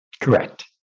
Correct